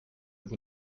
vous